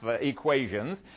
equations